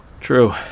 True